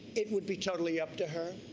it would be totally up to her.